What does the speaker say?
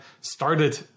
started